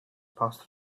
passed